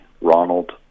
Ronald